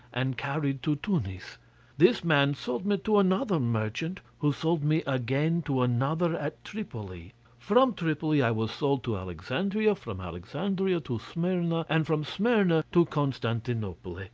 and carried to tunis this man sold me to another merchant, who sold me again to another at tripoli from tripoli i was sold to alexandria, from alexandria to smyrna, and from smyrna to constantinople.